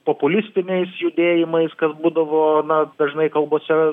populistiniais judėjimais kas būdavo na dažnai kalbose